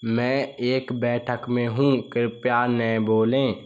मैं एक बैठक में हूँ कृपया न बोलें